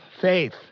faith